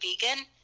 vegan